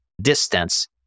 distance